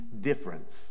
difference